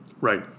right